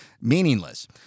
meaningless